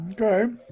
Okay